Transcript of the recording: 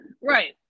Right